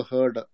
Heard